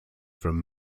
from